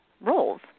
roles